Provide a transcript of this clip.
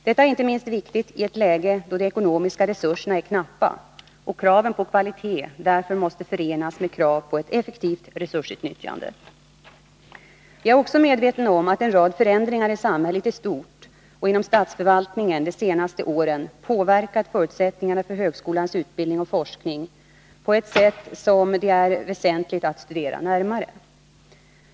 Detta är inte minst viktigt i ett läge då de ekonomiska resurserna är knappa och kraven på kvalitet därför måste förenas med krav på ett effektivt resursutnyttjande. Jag är också medveten om att en rad förändringar i samhället i stort och inom statsförvaltningen de senaste åren påverkat förutsättningarna för högskolans utbildning och forskning på ett sätt som det är väsentligt att studera närmare.